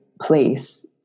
place